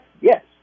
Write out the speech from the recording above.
Yes